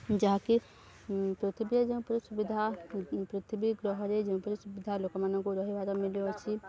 ଯାହାକି ପୃଥିବୀରେ ଯେଉଁପରି ସୁବିଧା ପୃଥିବୀ ଗ୍ରହରେ ଯେଉଁପରି ସୁବିଧା ଲୋକମାନଙ୍କୁ ରହିବାର ମିଲୁଅଛି